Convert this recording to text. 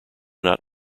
not